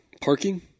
Parking